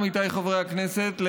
עמיתיי חברי הכנסת,